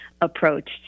approach